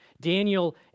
Daniel